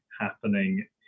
happening